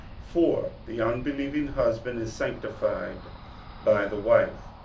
for the unbelieving husband is sanctified by the wife,